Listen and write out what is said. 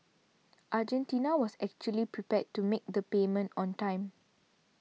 Argentina was actually prepared to make the payment on time